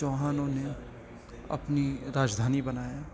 چوہانوں نے اپنی راجدھانی بنایا